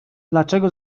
dlaczego